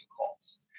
calls